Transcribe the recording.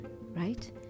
right